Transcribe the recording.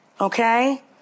okay